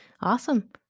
Awesome